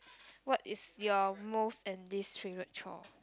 what is your most and least favourite chore